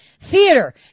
theater